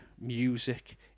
music